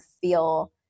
feel